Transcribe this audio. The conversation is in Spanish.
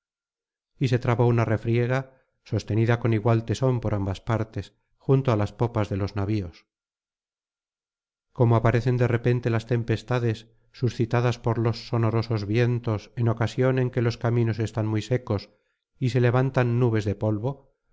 y se trabó una refriega sostenida con igual tesón por ambas partes junto á las popas de los navios como aparecen de repente las tempestades suscitadas por los sonoros vientos en ocasión en que los caminos están muy secos y se levantan nubes de polvo